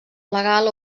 legal